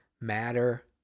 matter